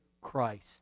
Christ